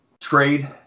trade